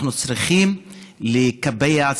אנחנו צריכים לקבע,